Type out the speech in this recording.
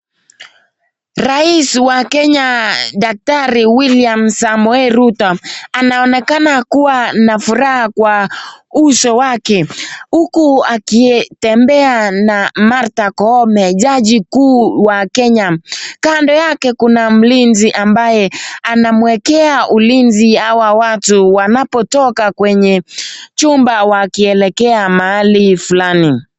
Rais wa jamhuri wa Kenya daktari William Samoei Rutto anaonekana kuwa nafuraha kwa uso wake huku akitembea na Martha Koome jaji kuu wa Kenya. Kando yake kuna mlinzi ambaye anawekea ulinzi hawa watu wanapotoka kwenye chumba wakielekea mahali fulani.